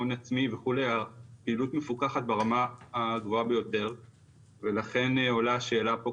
הון עצמי וכלוי והפעילות מפוקחת ברמה הגבוהה ביותר ולכן עולה השאלה פה,